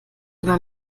immer